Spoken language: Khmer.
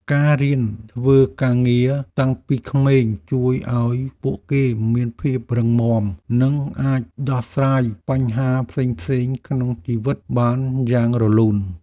ការរៀនធ្វើការងារតាំងពីក្មេងជួយឱ្យពួកគេមានភាពរឹងមាំនិងអាចដោះស្រាយបញ្ហាផ្សេងៗក្នុងជីវិតបានយ៉ាងរលូន។